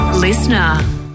Listener